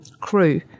crew